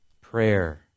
prayer